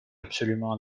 absolument